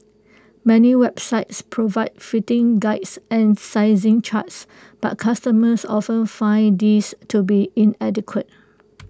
many websites provide fitting Guides and sizing charts but customers often find these to be inadequate